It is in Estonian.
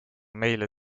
meile